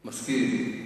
מסכים.